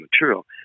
material